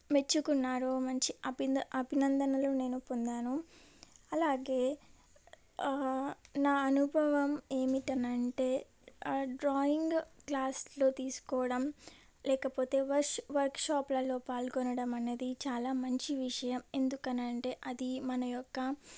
మెచ్చుకున్నారు మంచి అభి అభినందనలు నేను పొందాను అలాగే నా అనుభవం ఏమిటి అనంటే డ్రాయింగ్ క్లాస్లో తీసుకోవడం లేకపోతే వష్ వర్క్షాప్లల్లో పాల్గొనడం అనేది చాలా మంచి విషయం ఎందుకని అంటే అది మన యొక్క